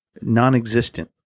Non-existent